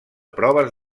proves